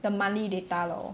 the monthly data lor